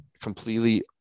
completely